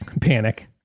Panic